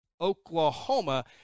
Oklahoma